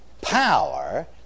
power